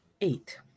eight